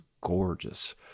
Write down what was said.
gorgeous